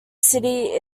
city